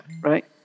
Right